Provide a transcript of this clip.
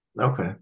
Okay